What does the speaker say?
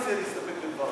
מציע להסתפק בדברי.